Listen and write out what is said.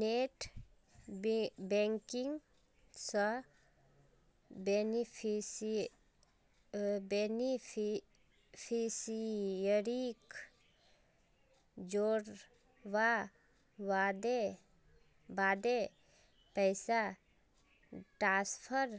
net banking स बेनिफिशियरीक जोड़वार बादे पैसा ट्रांसफर